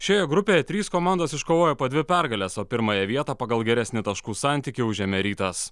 šioje grupėje trys komandos iškovojo po dvi pergales o pirmąją vietą pagal geresnį taškų santykį užėmė rytas